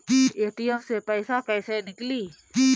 ATM से पइसा कइसे निकली?